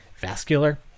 vascular